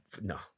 no